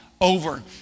over